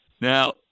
Now